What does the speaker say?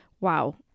wow